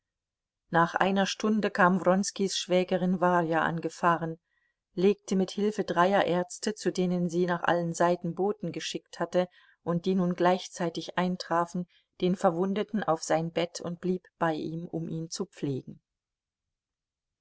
nach einer stunde kam wronskis schwägerin warja angefahren legte mit hilfe dreier ärzte zu denen sie nach allen seiten boten geschickt hatte und die nun gleichzeitig eintrafen den verwundeten auf sein bett und blieb bei ihm um ihn zu pflegen